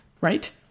right